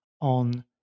on